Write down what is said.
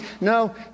No